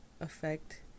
affect